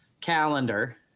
calendar